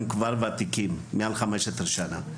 הם כבר ותיקים מעל 15 שנה,